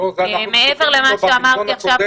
מעבר למה שאמרתי עכשיו,